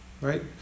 Right